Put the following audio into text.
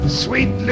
sweet